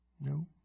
No